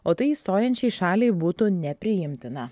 o tai išstojančiai šaliai būtų nepriimtina